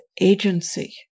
agency